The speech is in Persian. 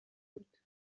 بود